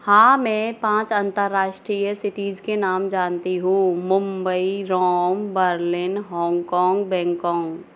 हाँ मैं पाँच अंतरराष्ट्रीय सिटीज के नाम जानती हूँ Mumbai Rome Berlin Hong Kong Bangkok